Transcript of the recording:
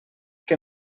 que